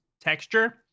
texture